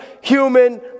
human